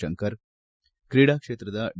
ಶಂಕರ್ ಕ್ರೀಡಾಕ್ಷೇತ್ರದ ಡಿ